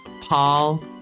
Paul